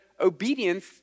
obedience